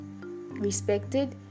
respected